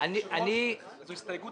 זו הסתייגות